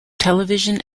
television